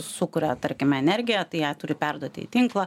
sukuria tarkime energiją tai ją turi perduoti į tinklą